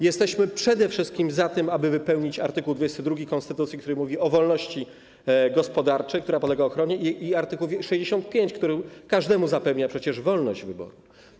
Jesteśmy przede wszystkim za tym, aby wypełnić art. 22 konstytucji, który mówi o wolności gospodarczej, która podlega ochronie, i art. 65, który każdemu zapewnia przecież wolność wyboru.